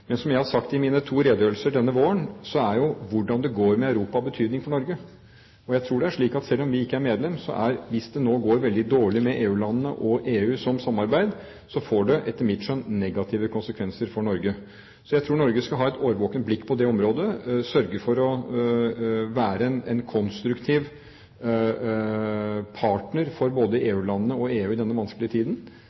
Men som jeg har sagt i mine to redegjørelser denne våren, så er jo hvordan det går med Europa, av betydning for Norge. Og jeg tror det er slik at selv om vi ikke er medlem, får det, hvis det nå går veldig dårlig med EU-landene og EU som samarbeid, etter mitt skjønn negative konsekvenser for Norge. Så jeg tror Norge skal ha et årvåkent blikk på det området og sørge for å være en konstruktiv partner for både EU-landene og EU i denne vanskelige tiden.